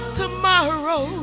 tomorrow